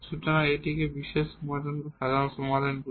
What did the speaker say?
সুতরাং আমরা এটিকে একটি বিশেষ সমাধান বা সাধারণ সমাধান বলি